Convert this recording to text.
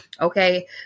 Okay